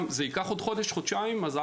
זה ייקח עוד חודש-חודשיים אז,